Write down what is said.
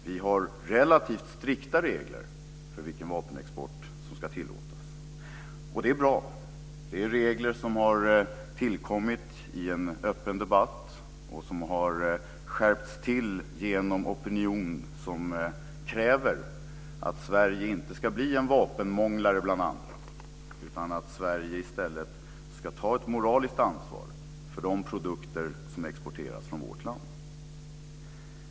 Vi har relativt strikta regler för vilken vapenexport som ska tillåtas. Det är bra. Det är regler som har tillkommit i en öppen debatt och som har skärpts till genom en opinion som kräver att Sverige inte ska bli en vapenmånglare bland andra utan att Sverige i stället ska ta ett moraliskt ansvar för de produkter som exporteras från vårt land.